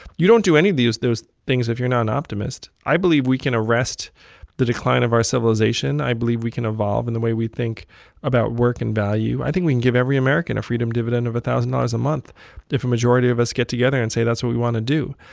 you don't do any of these those things if you're not an optimist i believe we can arrest the decline of our civilization. i believe we can evolve in the way we think about work and value. i think we can give every american a freedom dividend of a thousand dollars a month if a majority of us get together and say that's what we want to do.